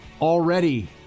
already